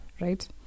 Right